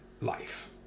life